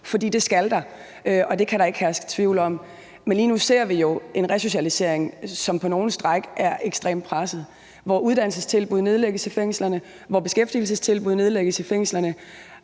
For det skal der, og det kan der ikke herske tvivl om. Men lige nu ser vi jo en resocialisering, som på nogle stræk er ekstremt presset, hvor uddannelsestilbud i fængslerne nedlægges, hvor beskæftigelsestilbud i fængslerne